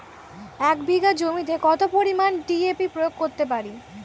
এক বিঘা জমিতে কত পরিমান ডি.এ.পি প্রয়োগ করতে পারি?